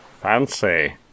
Fancy